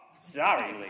sorry